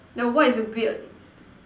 the what is weird